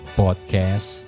podcast